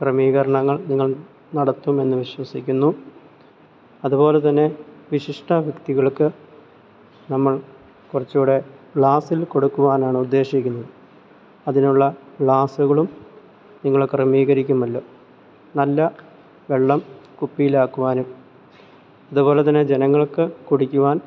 ക്രമീകരണങ്ങൾ നിങ്ങൾ നടത്തുമെന്ന് വിശ്വസിക്കുന്നു അതുപോലെത്തന്നെ വിശിഷ്ട വ്യക്തികൾക്ക് നമ്മൾ കുറച്ചുകൂടെ ഗ്ലാസിൽ കൊടുക്കുവാനാണ് ഉദ്ദേശിക്കുന്നത് അതിനുള്ള ഗ്ലാസ്സ്കളും നിങ്ങൾ ക്രമീകരിക്കുമല്ലോ നല്ല വെള്ളം കുപ്പിയിലാക്കുവാനും ഇതുപോലെത്തന്നെ ജനങ്ങൾക്ക് കുടിക്കുവാൻ